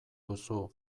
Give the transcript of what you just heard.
duzu